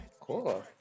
Cool